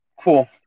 Cool